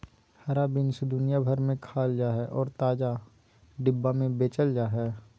हरा बीन्स दुनिया भर में खाल जा हइ और ताजा, डिब्बाबंद में बेचल जा हइ